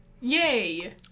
Yay